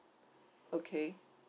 okay